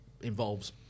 involves